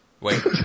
Wait